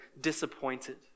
disappointed